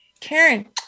Karen